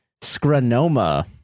Scranoma